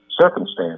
circumstance